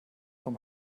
vom